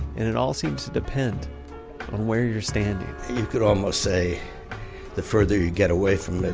and it all seems to depend on where you're standing you could almost say the further you get away from it,